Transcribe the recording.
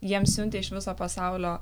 jiem siuntė iš viso pasaulio